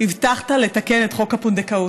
הבטחת לתקן את חוק הפונדקאות.